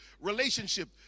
relationship